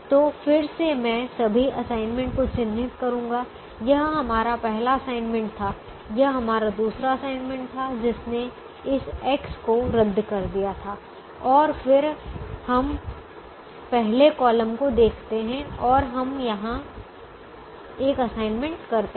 तो फिर से मैं सभी असाइनमेंट को चिन्हित करूंगा यह हमारा पहला असाइनमेंट था यह हमारा दूसरा असाइनमेंट था जिसने इस एक्स को रद्द कर दिया था और फिर हम पहले कॉलम को देखते हैं और हम यहां एक असाइनमेंट करते हैं